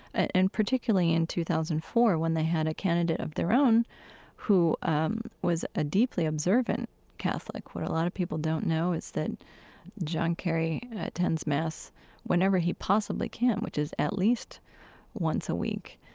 and particularly in two thousand and four when they had a candidate of their own who um was a deeply observant catholic. what a lot of people don't know is that john kerry attends mass whenever he possibly can, which is at least once a week,